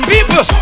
People